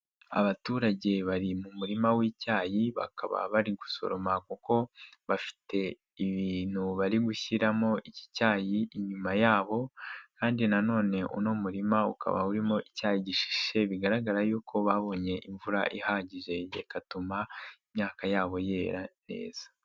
Abaturage bari mu murima w'icyayi bakaba bari gusoroma kuko bafite ibintu bari gushyiramo iki cyayi inyuma yabo kandi none uno murima ukaba icyai gishishe bigaragara yuko babonye imvura ihagije igatuma imyaka yabo yera neza.